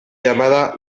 llamada